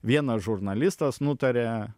vienas žurnalistas nutarė